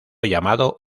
llamado